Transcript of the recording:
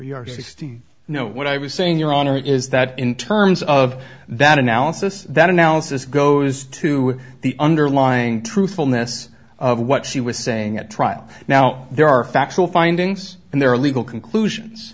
are sixteen no what i was saying your honor is that in terms of that analysis that analysis goes to the underlying truthfulness of what she was saying at trial now there are factual findings and there are legal conclusions